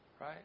Right